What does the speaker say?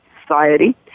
society